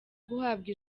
guhabwa